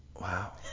Wow